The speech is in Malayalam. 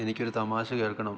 എനിക്ക് ഒരു തമാശ കേൾക്കണം